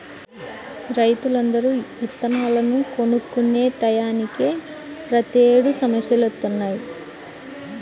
రైతులందరూ ఇత్తనాలను కొనుక్కునే టైయ్యానినే ప్రతేడు సమస్యలొత్తన్నయ్